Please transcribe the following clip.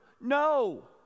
No